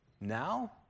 Now